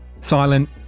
silent